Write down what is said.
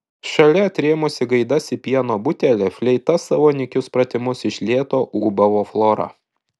šalia atrėmusi gaidas į pieno butelį fleita savo nykius pratimus iš lėto ūbavo flora